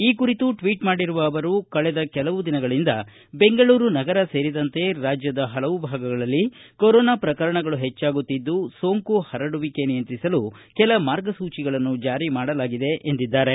ಈ ಕುರಿತು ಟ್ವೀಟ್ ಮಾಡಿರುವ ಅವರು ಕಳೆದ ಕೆಲವು ದಿನಗಳಿಂದ ಬೆಂಗಳೂರು ನಗರ ಸೇರಿದಂತೆ ರಾಜ್ಯದ ಹಲವು ಭಾಗಗಳಲ್ಲಿ ಕೊರೊನಾ ಪ್ರಕರಣಗಳು ಹೆಚ್ಚಾಗುತ್ತಿದ್ದು ಸೋಂಕು ಹರಡುವಿಕೆ ನಿಯಂತ್ರಿಸಲು ಕೆಲ ಮಾರ್ಗಸೂಚಿಗಳನ್ನು ಜಾರಿ ಮಾಡಲಾಗಿದೆ ಎಂದಿದ್ದಾರೆ